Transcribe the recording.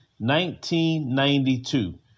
1992